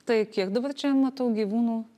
tai kiek dabar čia matau gyvūnų